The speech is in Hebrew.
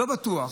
לא בטוח,